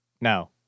No